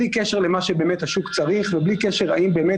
בלי קשר למה שבאמת השוק צריך ובלי קשר האם באמת